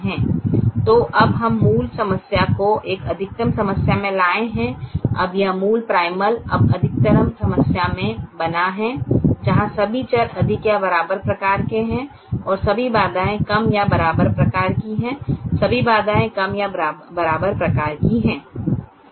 तो अब हम मूल समस्या को एक अधिकतम समस्या में लाए हैं अब यह मूल प्राइमल अब अधिकतमकरण समस्या में बना है जहाँ सभी चर अधिक या बराबर प्रकार के हैं और सभी बाधाएँ कम या बराबर प्रकार की हैं सभी बाधाएँ कम या बराबर प्रकार की हैं